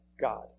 God